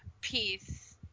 Peace